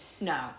No